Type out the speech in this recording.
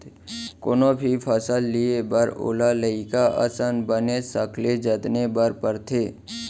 कोनो भी फसल लिये बर ओला लइका असन बनेच सखले जतने बर परथे